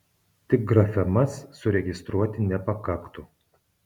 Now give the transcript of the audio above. tik grafemas suregistruoti nepakaktų